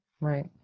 Right